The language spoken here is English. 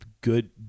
good